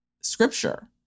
scripture